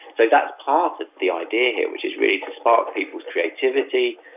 so that's part of the idea here, which is really to spark people's creativity,